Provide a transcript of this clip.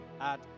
add